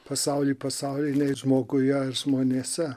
pasauly pasauly žmoguje jei žmonėse